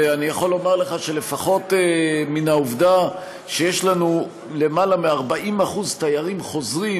ואני יכול לומר לך שלפחות העובדה שיש לנו יותר מ-40% תיירים חוזרים,